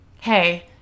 Hey